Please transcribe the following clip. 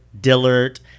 Dillard